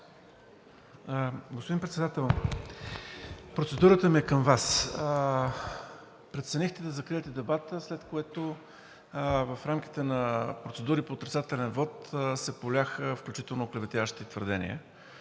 Господин Председател, процедурата ми е към Вас. Преценихте да закриете дебата, след което в рамките на процедури по отрицателен вот заваляха включително оклеветяващи твърдения